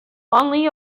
only